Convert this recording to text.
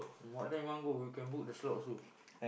what time you want go we can book the slot also